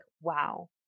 wow